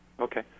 Okay